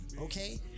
okay